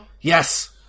Yes